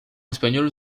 espagnol